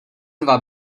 dva